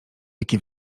jaki